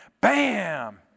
bam